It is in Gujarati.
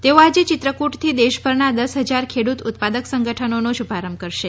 તેઓ આજે ચિત્રકુટથી દેશભરના દસ હજાર ખેડુત ઉત્પાદક સંગઠનોનો શુભારંભ કરશે